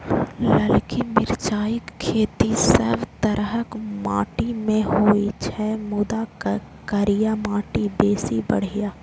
ललकी मिरचाइक खेती सब तरहक माटि मे होइ छै, मुदा करिया माटि बेसी बढ़िया